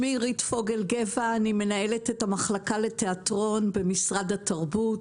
אני מנהלת את המחלקה לתיאטרון במשרד התרבות.